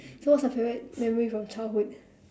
so what's your favourite memory from childhood